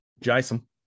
Jason